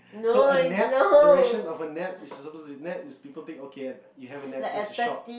so a nap duration of a nap is suppose to be nap is people take okay and you have a nap that's a short